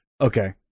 Okay